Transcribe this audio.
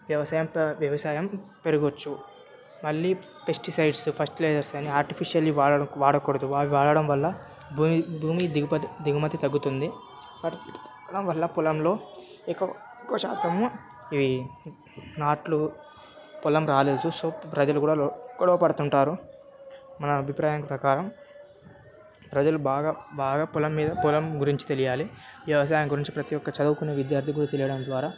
వ్యవసాయంత వ్యవసాయం పెరగవచ్చు మళ్ళీ పెస్టిసైడ్స్ ఫస్ట్ లేయర్స్ అని ఆర్టిఫిషియల్ వాడడం వాడకూడదు అవి వాడడం వల్ల భూమి భూమి దిగు దిగుమతి తగ్గుతుంది దానివల్ల పొలంలో ఎక్కువ శాతంలో ఇవి నాట్లు పొలం రాలేదు సో ప్రజలు కూడా గొడవ పడుతుంటారు మన అభిప్రాయం ప్రకారం ప్రజలు బాగా బాగా పొలం మీద పొలం గురించి తెలియాలి వ్యవసాయం గురించి ప్రతి ఒక్క చదువుకున్న విద్యార్థులకు తెలియడం ద్వారా